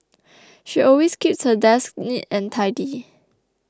she always keeps her desk neat and tidy